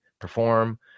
perform